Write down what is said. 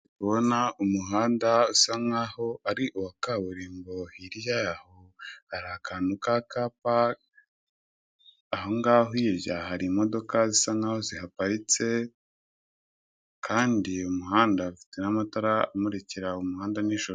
Ndi kubona umuhanda usa nkaho ari uwa kaburimbo, hirya yaho hari akantu k'akapa, aho hirya hari imodoka zisa nkaho ziparitse, kandi umuhanda ufite n'amatara amurikira umuhanda nijoro.